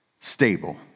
stable